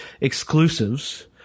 exclusives